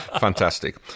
Fantastic